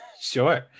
Sure